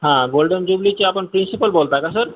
हां गोल्डन जुबलीचे आपण प्रिन्सिपल बोलत आहे का सर